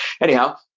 anyhow